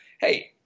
hey